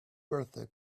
birthday